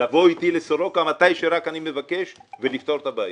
לבוא אתי לסורוקה מתי שאני מבקש ולפתור את הבעיות.